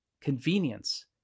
Convenience